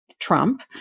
Trump